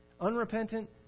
unrepentant